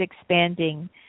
expanding